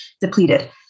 depleted